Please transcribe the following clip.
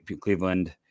Cleveland –